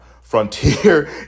Frontier